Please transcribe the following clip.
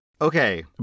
Okay